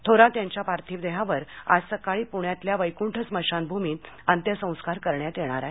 थोरात यांच्या पार्थिव देहावर आज सकाळी पुण्यातल्या वैकुंठ स्मशानभूमीत अंत्यसंस्कार करण्यात येणार आहेत